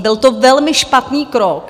Byl to velmi špatný krok.